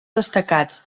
destacats